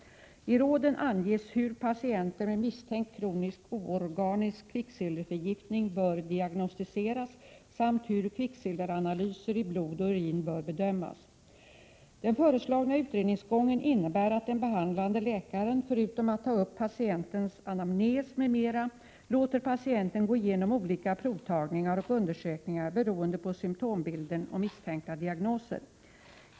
I råden anges hur patienter med misstänkt kronisk oorganisk kvicksilverförgiftning bör diagnostiseras samt hur kvicksilveranalyser i blod och urin bör bedömas. Den föreslagna utredningsgången innebär att den behandlande läkaren, förutom att ta upp patientens anamnes m.m., låter patienten gå igenom olika provtagningar och undersökningar beroende på symtombilden och misstänkta diagnoser.